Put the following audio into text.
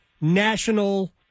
national